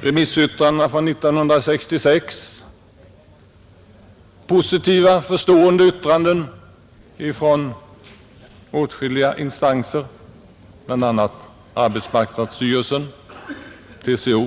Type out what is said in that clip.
remissyttrandena från 1966 — positiva, förstående yttranden från åtskilliga instanser, bl.a. arbetsmarknadsstyrelsen och TCO.